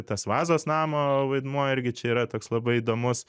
tas vazos namo vaidmuo irgi čia yra toks labai įdomus